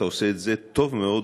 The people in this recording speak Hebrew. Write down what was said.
ואתה עושה את זה טוב מאוד,